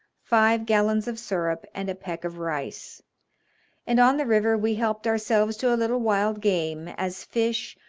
five gallons of sirup, and a peck of rice and on the river we helped ourselves to a little wild game, as fish,